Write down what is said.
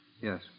Yes